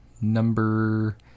number